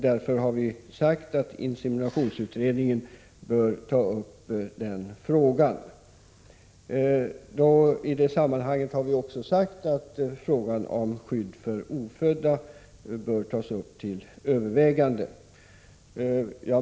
Därför har vi sagt att inseminationsutredningen bör ta upp den frågan. I detta sammanhang har vi också betonat att frågan om skydd för ofödda barn bör tas upp till övervägande.